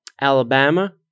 Alabama